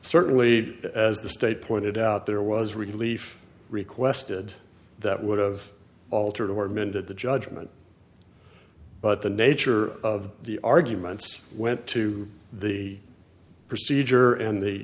certainly as the state pointed out there was relief requested that would have altered or amended the judgment but the nature of the arguments to the procedure and the